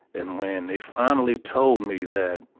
and when they finally told me that,